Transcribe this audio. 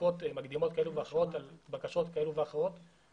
בדיקות מקדימות כאלו ואחרות על בקשות כאלו ואחרות כאשר